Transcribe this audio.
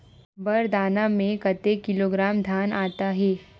बार दाना में कतेक किलोग्राम धान आता हे?